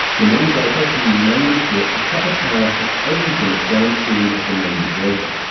the main breaker can be manually flipped to cut the power to everything downstream of the main breaker.